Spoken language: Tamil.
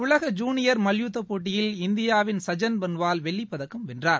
உலக ஜூனியர் மல்யுத்தப் போட்டியில் இந்தியாவின் சஜன் பன்வால் வெள்ளிப் பதக்கம் வென்றார்